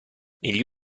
negli